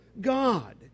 God